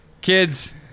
Kids